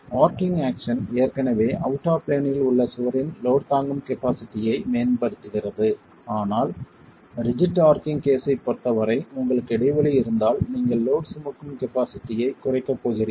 arching action ஏற்கனவே out of plane இல் உள்ள சுவரின் லோட் தாங்கும் கபாஸிட்டியை மேம்படுத்துகிறது ஆனால் ரிஜிட் ஆர்ச்சிங் கேஸைப் பொறுத்தவரை உங்களுக்கு இடைவெளி இருந்தால் நீங்கள் லோட் சுமக்கும் கபாஸிட்டி ஐ குறைக்க போகிறீர்கள்